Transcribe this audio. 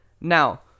Now